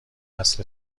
قصر